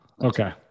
Okay